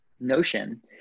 notion